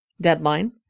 deadline